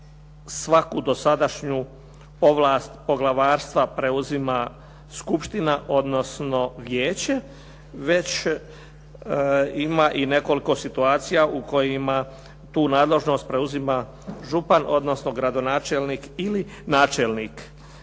svaku dosadašnju ovlast poglavarstva preuzima skupština, odnosno vijeće, već ima i nekoliko situacija u kojima tu nadležnost preuzima župan, odnosno gradonačelnik ili načelnik.